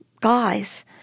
guys